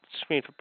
screen